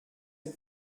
and